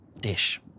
dish